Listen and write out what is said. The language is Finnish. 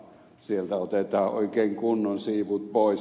sieltä otetaan oikein kunnon siivut pois